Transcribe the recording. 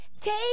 take